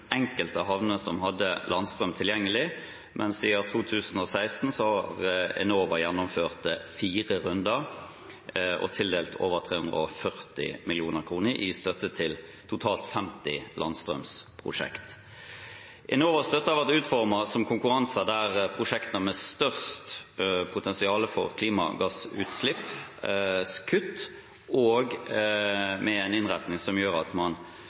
enkelte havner som hadde landstrøm tilgjengelig, men siden 2016 har Enova gjennomført fire runder og tildelt over 340 mill. kr i støtte til totalt 50 landstrømprosjekt. Enovas støtte har vært utformet som konkurranser – for prosjekt med størst potensial for klimagassutslippskutt og med en innretning som gjør at man